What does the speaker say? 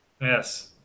Yes